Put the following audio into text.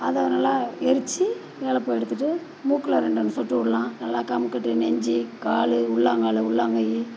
அதை நல்லா எரித்து வேலப்பூவை எடுத்துகிட்டு மூக்கில் ரெண்டு ரெண்டு சொட்டு விட்லாம் நல்லா கமுக்கட்டு நெஞ்சு கால் உள்ளாங்கால் உள்ளாங்கை